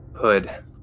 hood